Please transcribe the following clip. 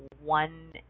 one